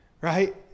right